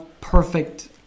perfect